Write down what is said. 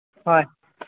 ꯍꯣꯏ